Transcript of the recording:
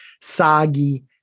soggy